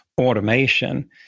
automation